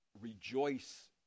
rejoice